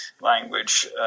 language